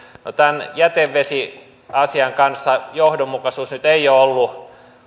tämän jätevesiasian kanssa johdonmukaisuus nyt ei ole ollut